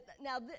Now